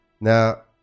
Now